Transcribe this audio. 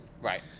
right